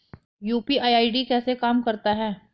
UPI ID कैसे काम करता है?